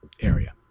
Area